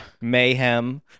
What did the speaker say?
Mayhem